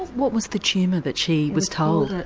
what was the tumour that she was told?